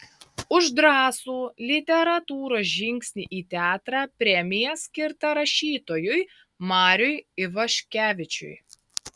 už drąsų literatūros žingsnį į teatrą premija skirta rašytojui mariui ivaškevičiui